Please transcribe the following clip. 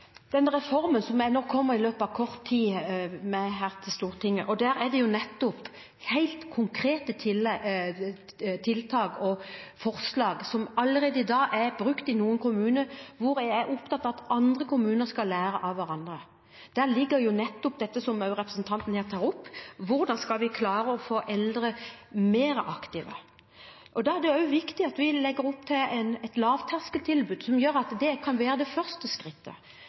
reformen jeg i løpet av kort tid vil komme med til Stortinget. I den er det nettopp helt konkrete tiltak og forslag som allerede i dag brukes i noen kommuner, og jeg er opptatt av at kommunene skal lære av hverandre. I dette ligger også det som representanten tar opp: Hvordan skal vi klare å få eldre til å bli mer aktive? Da er det viktig at vi også legger opp til lavterskeltilbud, som gjør at det kan være det første skrittet.